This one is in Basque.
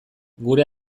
gure